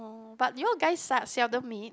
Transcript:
orh but do you all guys sel~ seldom meet